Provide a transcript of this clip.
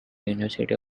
university